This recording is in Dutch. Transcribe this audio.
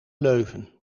leuven